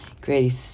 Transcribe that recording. Grady